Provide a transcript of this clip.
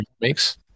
makes